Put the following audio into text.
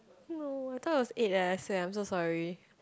no I thought it was eight eh I swear I'm so sorry